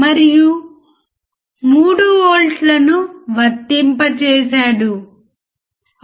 మనము ఇన్పుట్ వోల్టేజ్ను వర్తింపజేస్తాము